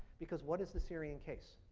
because what is the syrian case?